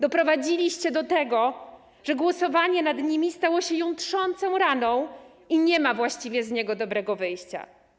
Doprowadziliście do tego, że głosowanie nad nimi stało się jątrzącą raną i nie ma właściwie z tej sytuacji dobrego wyjścia.